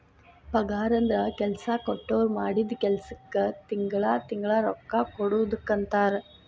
ಪಗಾರಂದ್ರ ಕೆಲ್ಸಾ ಕೊಟ್ಟೋರ್ ಮಾಡಿದ್ ಕೆಲ್ಸಕ್ಕ ತಿಂಗಳಾ ತಿಂಗಳಾ ರೊಕ್ಕಾ ಕೊಡುದಕ್ಕಂತಾರ